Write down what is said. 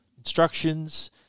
instructions